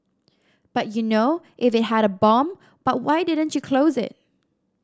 but you know if it had a bomb but why didn't you close it